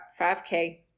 5K